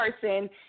person